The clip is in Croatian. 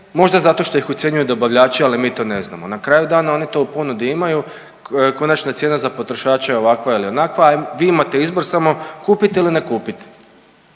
možda zato što ih ucjenjuju dobavljači, ali mi to ne znamo. Na kraju dana oni to u ponudi imaju. Konačna cijena za potrošače je ovakva ili onakva. Vi imate izbor samo kupiti ili ne kupiti.